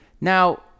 now